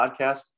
Podcast